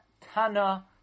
tana